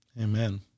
Amen